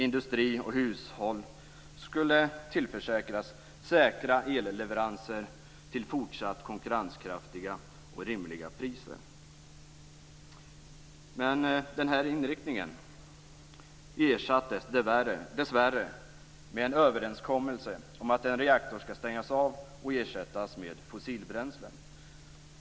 Industri och hushåll skulle tillförsäkras säkra elleveranser till fortsatt konkurrenskraftiga och rimliga priser. Den här inriktningen ersattes dessvärre med en överenskommelse om att en reaktor skall stängas av och ersättas med fossilbränslen.